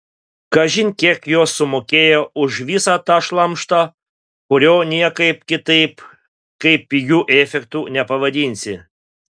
kažin kiek jos sumokėjo už visą tą šlamštą kurio niekaip kitaip kaip pigiu efektu nepavadinsi